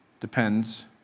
depends